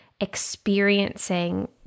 experiencing